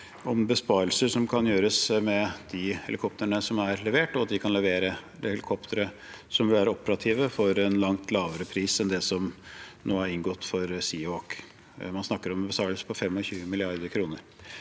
om besparelser som kan gjøres med de helikoptrene som er levert, og at de kan levere helikoptre som vil være operative for en langt lavere pris enn den som nå er inngått for Seahawk. Man snakker om besparelser på 25 mrd. kr.